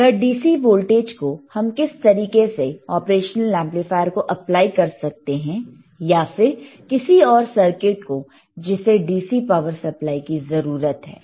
यह DC voltage को हम किस तरीके से ऑपरेशनल एमप्लीफायर को अप्लाई कर सकते हैं या फिर किसी और सर्किट को जिसे DC पावर सप्लाई की जरूरत है